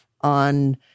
on